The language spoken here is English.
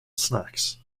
snacks